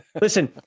Listen